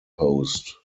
post